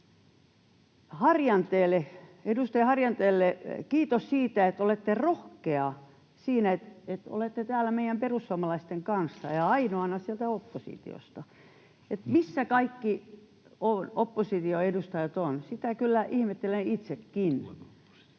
edustaja Harjanteelle kiitos siitä, että olette rohkea siinä, että olette täällä meidän perussuomalaisten kanssa ja ainoana sieltä oppositiosta. Missä kaikki oppositioedustajat ovat, sitä kyllä ihmettelen itsekin.